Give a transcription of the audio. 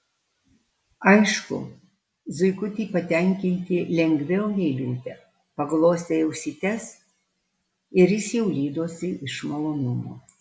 aišku zuikutį patenkinti lengviau nei liūtę paglostei ausytes ir jis jau lydosi iš malonumo